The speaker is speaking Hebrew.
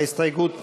ההסתייגות מס'